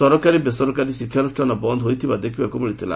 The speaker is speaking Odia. ସରକାରୀ ବେସରକାରୀ ଶିକ୍ଷାନୁଷ୍ଠାନ ବନ୍ଦ ହୋଇଥିବା ଦେଖିବାକୁ ମିଳିଛି